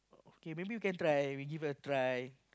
okay maybe you can try we give it a try